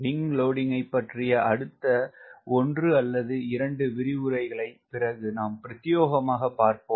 WS ஐ பற்றி அடுத்த ஒன்று அல்லது இரண்டு விரிவுரைகளை பிறகு நாம் பிரத்தியேகமாக பார்ப்போம்